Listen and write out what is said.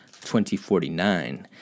2049